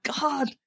God